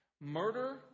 murder